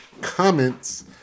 comments